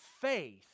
faith